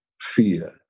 fear